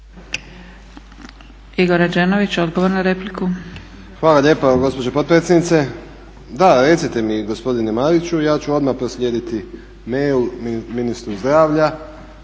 **Rađenović, Igor (SDP)** Hvala lijepo gospođo potpredsjednice. Da recite mi gospodine Mariću, ja ću odmah proslijediti mail ministru zdravlja